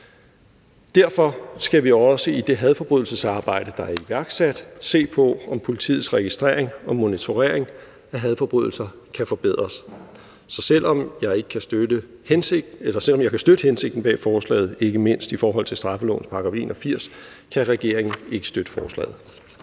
Derfor skal vi også i det hadforbrydelsesarbejde, der er iværksat, se på, om politiets registrering og monitorering af hadforbrydelser kan forbedres. Så selv om jeg kan støtte hensigten bag forslaget, ikke mindst i forhold til straffelovens § 81, kan regeringen ikke støtte forslaget.